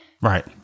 Right